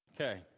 Okay